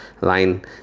line